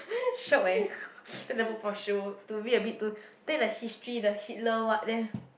shiok eh take the book for show to read a bit to take the history the Hitler then